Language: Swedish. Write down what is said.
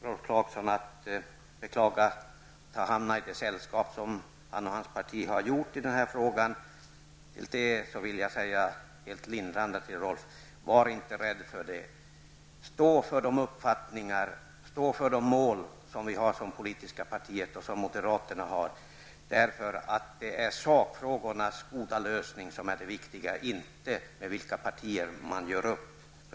Rolf Clarkson beklagar det sällskap som han och hans parti har hamnat i när det gäller denna fråga. Men då vill jag, för att lindra det hela, säga till Rolf Clarkson: Var inte rädd för det! Stå för de uppfattningar och de mål som vi och moderaterna som politiska partier har! Det är ju goda lösningar i sakfrågorna som är det viktiga. Det viktiga är alltså inte med vilka partier man gör upp.